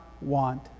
want